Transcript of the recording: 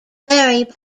vary